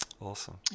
Awesome